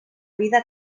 vida